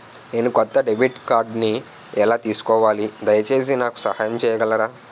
నేను కొత్త డెబిట్ కార్డ్ని ఎలా తీసుకోవాలి, దయచేసి నాకు సహాయం చేయగలరా?